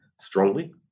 strongly